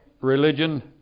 religion